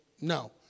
no